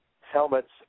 helmets